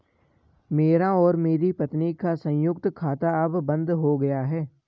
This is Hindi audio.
मेरा और मेरी पत्नी का संयुक्त खाता अब बंद हो गया है